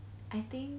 I think